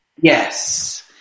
Yes